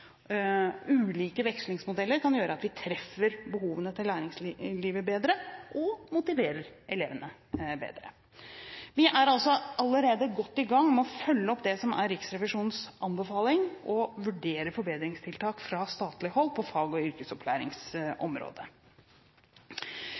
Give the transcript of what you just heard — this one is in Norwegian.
Ulike vekslingsmodeller kan gjøre at vi treffer behovene til næringslivet bedre og motiverer elevene bedre. Vi er allerede godt i gang med å følge opp Riksrevisjonens anbefaling, å vurdere forbedringstiltak fra statlig hold på fag- og